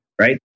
right